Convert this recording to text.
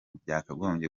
byagombye